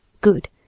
Good